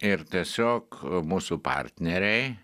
ir tiesiog mūsų partneriai